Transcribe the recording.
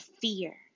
fear